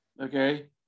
okay